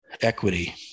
equity